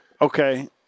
Okay